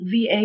VA